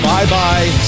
Bye-bye